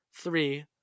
three